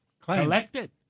collected